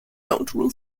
doctoral